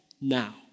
now